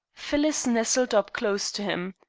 phyllis nestled up close to him.